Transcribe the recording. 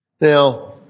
Now